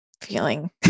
feeling